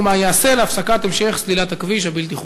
3. מה ייעשה להפסקת המשך סלילת הכביש הבלתי-חוקי?